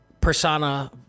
persona